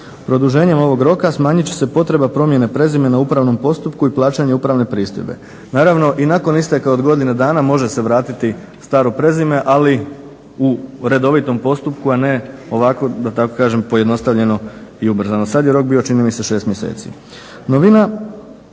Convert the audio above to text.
Produženjem ovog roka smanjit će se potreba promjene prezimena u upravnom postupku i plaćanje upravne pristojbe. Naravno i nakon isteka od godinu dana može se vratiti staro prezime ali u redovitom postupku, a ne ovako da tako kažem pojednostavljeno i ubrzano. Sad je rok bio čini mi se 6 mjeseci.